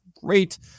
great